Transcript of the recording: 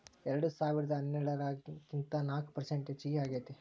ಎರೆಡಸಾವಿರದಾ ಹನ್ನೆರಡರಾಗಿನಕಿಂತ ನಾಕ ಪರಸೆಂಟ್ ಹೆಚಗಿ ಆಗೇತಿ